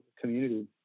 community